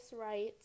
right